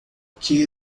que